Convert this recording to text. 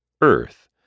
Earth